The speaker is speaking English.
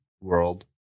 world